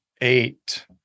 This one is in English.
eight